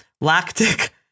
lactic